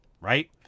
right